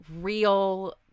real